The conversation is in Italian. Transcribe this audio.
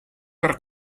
per